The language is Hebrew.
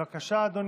בעד מאזן